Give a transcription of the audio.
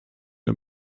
der